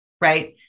right